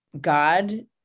God